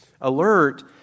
Alert